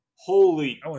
holy